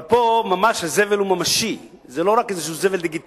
אבל פה הזבל הוא ממשי, זה לא רק איזה זבל דיגיטלי.